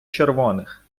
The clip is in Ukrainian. червоних